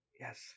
Yes